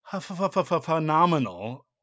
phenomenal